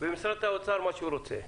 ולמשרד האוצר את מה שהוא רוצה,